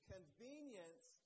Convenience